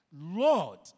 Lord